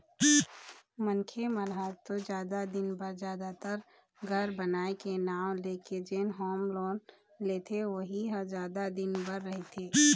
मनखे मन ह तो जादा दिन बर जादातर घर बनाए के नांव लेके जेन होम लोन लेथे उही ह जादा दिन बर रहिथे